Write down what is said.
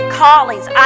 callings